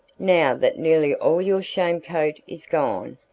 now that nearly all your sham coat is gone,